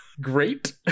Great